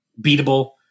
beatable